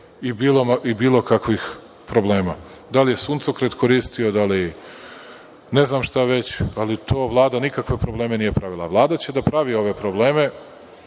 i bilo kakvih problema. Da li je suncokret koristio, šta već, ali Vlada nikakve probleme nije pravila. Vlada će da pravi obe probleme,